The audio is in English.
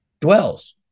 dwells